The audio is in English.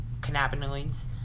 cannabinoids